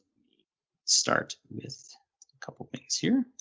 me start with a couple of things here.